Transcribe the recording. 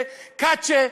קצ'ה,